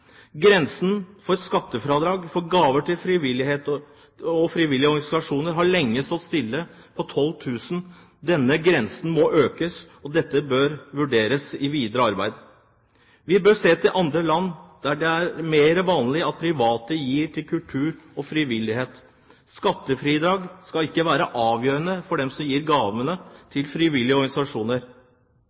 Grensen for skattefradrag for gaver til frivillige organisasjoner har lenge stått stille på 12 000 kr. Denne grensen må økes, og dette bør vurderes i det videre arbeidet. Vi bør se til andre land, der det er mer vanlig at private gir til kultur og frivillighet. Skattefritaket skal ikke være avgjørende for dem som gir gaver til frivillige organisasjoner.